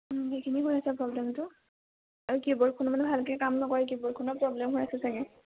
সেইখিনি হৈ আছে প্ৰব্লেমটো আৰু কীবৰ্ডখনো মানে ভালকৈ কাম নকৰে কীবৰ্ডখনৰ প্ৰব্লেম হৈ আছে চাগৈ